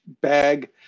bag